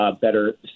better